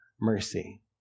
mercy